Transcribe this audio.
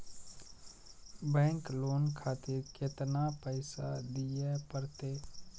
Bank loan खातीर केतना पैसा दीये परतें?